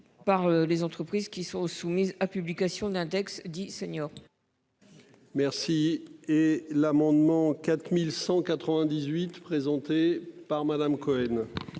Par les entreprises qui sont soumises à publication d'un texte dit senior. Merci et l'amendement 4198 présenté par Madame Cohen.